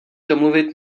domluvit